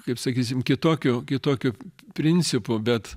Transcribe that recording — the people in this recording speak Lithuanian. kaip sakysim kitokiu kitokiu principu bet